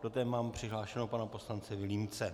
Do té mám přihlášeného pana poslance Vilímce.